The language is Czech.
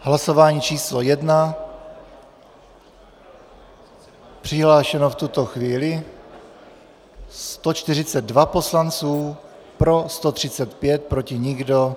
Hlasování číslo 1, přihlášeno v tuto chvíli 142 poslanců, pro 135, proti nikdo.